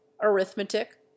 arithmetic